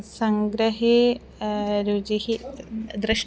सङ्ग्रहे रुचिः द्रष्टुं